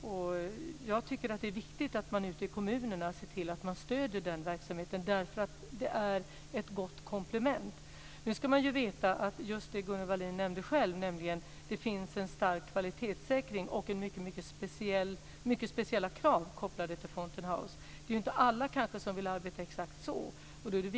Och jag tycker att det är viktigt att man ute i kommunerna ser till att man stöder denna verksamhet, därför att den är ett gott komplement. Nu ska man ju veta när det gäller just det som Gunnel Wallin själv nämnde, nämligen att det finns en stark kvalitetssäkring och mycket speciella krav kopplade till Fountain House, att det kanske inte är alla som vill arbeta exakt på det viset.